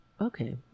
okay